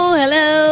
hello